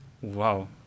wow